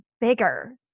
bigger